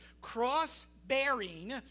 cross-bearing